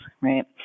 right